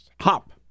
hop